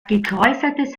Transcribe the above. gekräuseltes